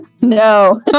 No